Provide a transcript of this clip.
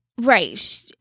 right